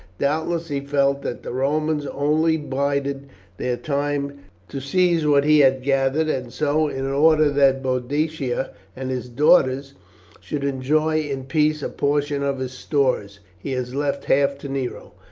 doubtless he felt that the romans only bided their time to seize what he had gathered, and so, in order that boadicea and his daughters should enjoy in peace a portion of his stores, he has left half to nero.